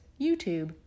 YouTube